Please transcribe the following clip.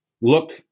look